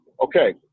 okay